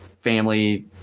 family